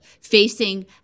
facing